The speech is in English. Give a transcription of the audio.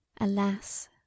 Alas